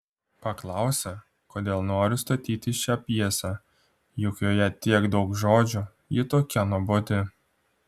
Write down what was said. paklausė kodėl noriu statyti šią pjesę juk joje tiek daug žodžių ji tokia nuobodi